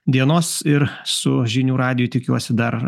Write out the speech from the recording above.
dienos ir su žinių radiju tikiuosi dar